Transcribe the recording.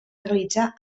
realitzar